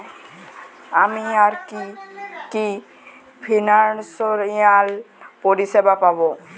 আমি আর কি কি ফিনান্সসিয়াল পরিষেবা পাব?